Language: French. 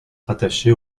rattaché